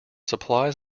supplies